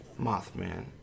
Mothman